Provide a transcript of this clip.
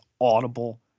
audible